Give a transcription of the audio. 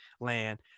land